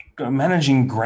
Managing